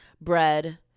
bread